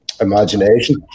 imagination